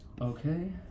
Okay